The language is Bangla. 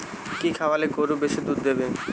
কি খাওয়ালে গরু বেশি দুধ দেবে?